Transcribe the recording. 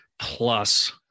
plus